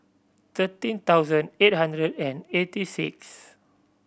thirteen thousand eight hundred and eighty six